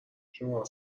شماها